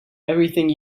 everything